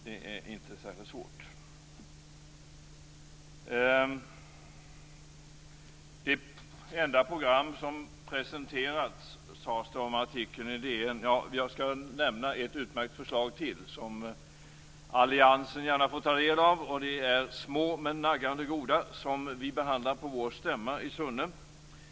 Detta är inte särskilt svårt att säga. Det sades om artikeln i DN att det var det enda program som presenterats. Jag skall nämna ytterligare ett utmärkt förslag, som alliansen gärna får ta del av. Det är små men naggande goda förslag, som vi behandlar på vår stämma i Sunne.